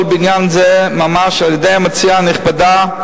בבניין זה ממש על-ידי המציעה הנכבדה,